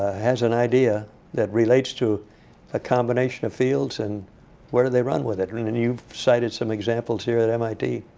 has an idea that relates to a combination of fields and where do they run with it? and you've cited some examples here at mit.